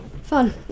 fun